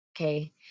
Okay